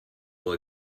will